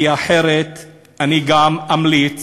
כי אחרת אני אמליץ